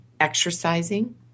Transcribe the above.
exercising